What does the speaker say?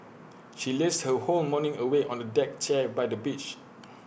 she lazed her whole morning away on A deck chair by the beach